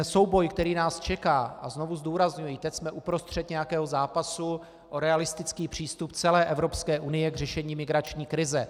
Souboj, který nás čeká a znovu zdůrazňuji, teď jsme uprostřed nějakého zápasu o realistický přístup celé Evropské unie k řešení migrační krize.